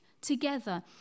together